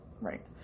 Right